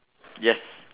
yes